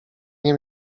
nie